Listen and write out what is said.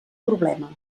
problema